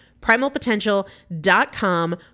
Primalpotential.com